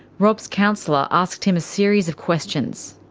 rob's counsellor asked him a series of questions.